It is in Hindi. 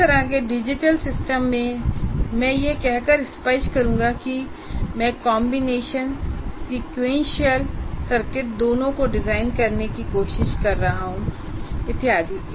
किस तरह के डिजिटल सिस्टम मैं यह कहकर स्पष्ट करूंगा कि मैं कॉम्बिनेशन और सीक्वेंशियल सर्किट दोनों को डिजाइन करने की कोशिश कर रहा हूं इत्यादि